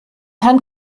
herrn